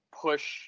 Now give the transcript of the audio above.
push